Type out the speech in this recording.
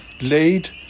Laid